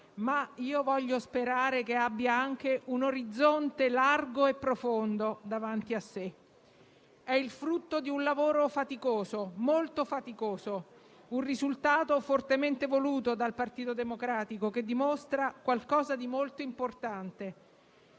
ma io voglio sperare che abbia anche un orizzonte largo e profondo davanti a sé. È il frutto di un lavoro molto faticoso, un risultato fortemente voluto dal Partito Democratico che dimostra qualcosa di molto importante.